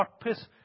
purpose